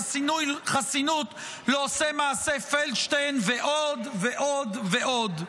חסינות לעושי מעשה פלדשטיין ועוד ועוד ועוד.